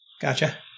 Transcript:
Gotcha